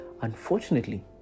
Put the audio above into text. Unfortunately